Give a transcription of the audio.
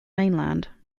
mainland